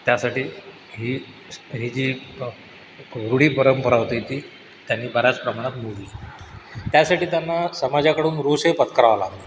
त्यासाठी ही ही जी रूढी परंपरा होती ती त्यांनी बऱ्याच प्रमाणात मोडली त्यासाठी त्यांना समाजाकडून रोषही पत्कारावा लागला